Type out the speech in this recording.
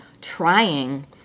trying